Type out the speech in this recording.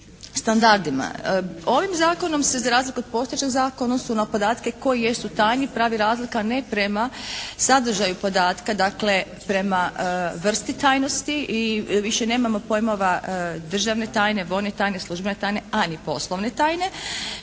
standarima. Ovim zakonom se za razliku od postojećeg zakona u odnosu na podatke koji jesu tajni pravi razlika ne prema sadržaju podatka dakle prema vrsti tajnosti i više nemamo pojmova državne tajne, vojne tajne, službene tajne a ni poslovne tajne